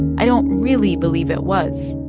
i don't really believe it was,